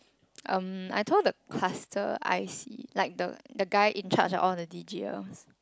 um I told the cluster I_C like the the guy in charge of all the D_G_Ls